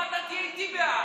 אם אתה תהיה איתי בעד.